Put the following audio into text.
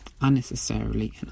unnecessarily